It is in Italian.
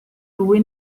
lui